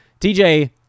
TJ